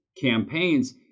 campaigns